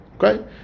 Okay